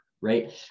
right